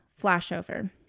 flashover